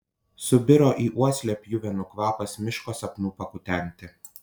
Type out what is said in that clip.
subiro į uoslę pjuvenų kvapas miško sapnų pakutenti